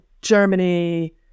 Germany